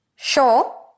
Sure